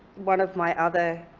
one of my other